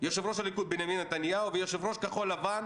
יושב-ראש הליכוד בנימין נתניהו ויושב-ראש כחול לבן,